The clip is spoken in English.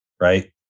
right